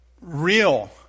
real